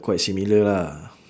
quite similar lah